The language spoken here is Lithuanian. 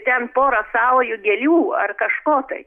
ten porą saujų gėlių ar kažko tai